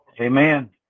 Amen